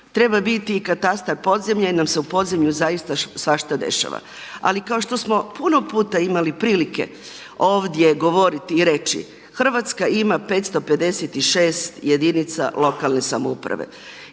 treba biti i katastar podzemlja jer nam se u podzemlju zaista svašta dešava. Ali kao što smo puno puta imali prilike ovdje govoriti i reći: Hrvatska ima 556 jedinica lokalne samouprave.